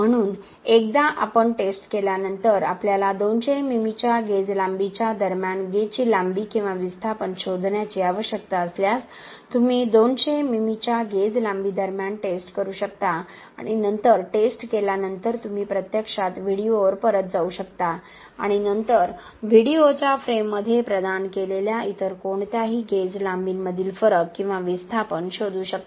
म्हणून एकदा आम्ही टेस्ट केल्यानंतर आम्हाला 200 मिमीच्या गेज लांबीच्या दरम्यान गेजची लांबी किंवा विस्थापन शोधण्याची आवश्यकता असल्यास तुम्ही 200 मिमीच्या गेज लांबी दरम्यान टेस्ट करू शकता आणि नंतर टेस्ट केल्यानंतर तुम्ही प्रत्यक्षात व्हिडिओवर परत जाऊ शकता आणि नंतर व्हिडिओच्या फ्रेममध्ये प्रदान केलेल्या इतर कोणत्याही गेज लांबीमधील फरक किंवा विस्थापन शोधू शकता